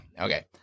Okay